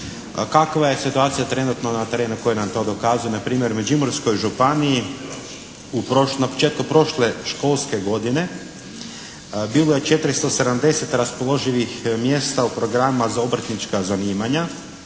kakva je situacija trenutno na terenu, koje nam to dokazuju na primjer u Međimurskoj županiji, na početku prošle školske godine bilo je 470 raspoloživih mjesta u programima za obrtnička zanimanja,